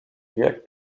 wiek